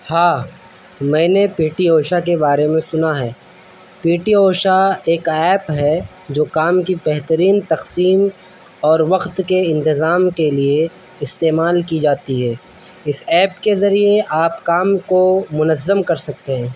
ہاں میں نے پی ٹی اوشا کے بارے میں سنا ہے پی ٹی اوشا ایک ایپ ہے جو کام کی بہترین تقسیم اور وقت کے انتظام کے لیے استعمال کی جاتی ہے اس ایپ کے ذریعے آپ کام کو منظم کر سکتے ہیں